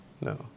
No